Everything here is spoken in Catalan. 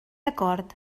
acord